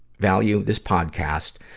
value this podcast,